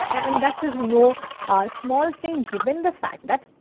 and that is know a small thing given the fact that,